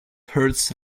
hurts